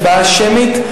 הצבעה שמית.